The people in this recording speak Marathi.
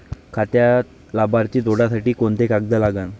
खात्यात लाभार्थी जोडासाठी कोंते कागद लागन?